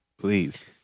Please